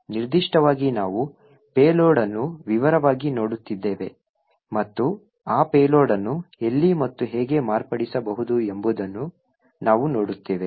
ನಿರ್ದಿಷ್ಟವಾಗಿ ನಾವು ಪೇಲೋಡ್ ಅನ್ನು ವಿವರವಾಗಿ ನೋಡುತ್ತಿದ್ದೇವೆ ಮತ್ತು ಆ ಪೇಲೋಡ್ ಅನ್ನು ಎಲ್ಲಿ ಮತ್ತು ಹೇಗೆ ಮಾರ್ಪಡಿಸಬಹುದು ಎಂಬುದನ್ನು ನಾವು ನೋಡುತ್ತೇವೆ